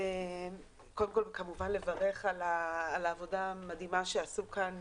קודם כול אני מברכת על העבודה המדהימה שעשו כאן